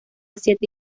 siete